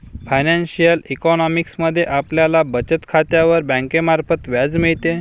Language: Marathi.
फायनान्शिअल इकॉनॉमिक्स मध्ये आपल्याला बचत खात्यावर बँकेमार्फत व्याज मिळते